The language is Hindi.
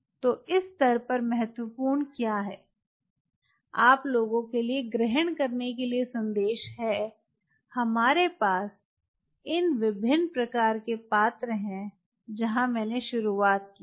तो इस स्तर पर महत्वपूर्ण क्या है आप लोगों के लिए ग्रहण करने के लिए संदेश है हमारे पास इन विभिन्न प्रकार के पात्र हैं जहां मैंने शुरुआत की थी